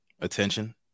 attention